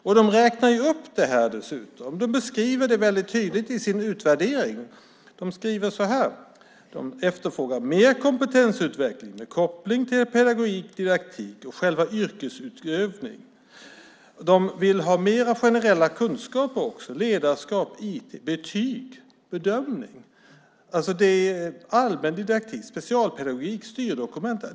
Dessutom räknar de upp det och beskriver det väldigt tydligt i sin utvärdering. De efterfrågar mer kompetensutveckling med koppling till pedagogik och didaktik och själva yrkesutövningen. De vill ha mer generella kunskaper också när det gäller ledarskap, IT, betyg och bedömning. Det handlar om allmän didaktik, specialpedagogik och styrdokument.